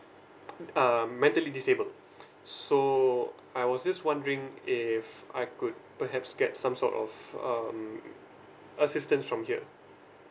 uh mentally disabled so I was just wondering if I could perhaps get some sort of um assistance from here